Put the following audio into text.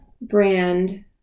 brand